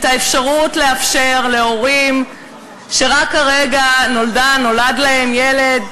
את האפשרות לאפשר להורים שרק הרגע נולדה או נולד להם ילד,